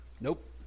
Nope